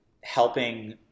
helping